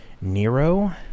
Nero